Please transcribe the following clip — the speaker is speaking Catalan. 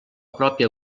pròpia